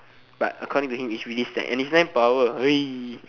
but according to him is really slack and it's ten per hour